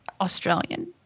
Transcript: Australian